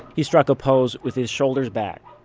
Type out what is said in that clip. he struck a pose with his shoulders back,